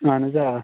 اَہَن حظ آ